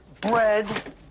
bread